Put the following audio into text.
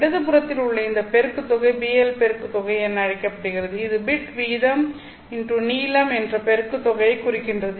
இடது புறத்தில் உள்ள இந்த பெருக்குத் தொகை BL பெருக்குத் தொகை என அழைக்கப்படுகிறது இது பிட் வீதம் நீளம் என்ற பெருக்கு தொகையை குறிக்கின்றது